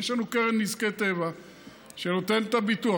יש לנו קרן נזקי טבע שנותנת את הביטוח,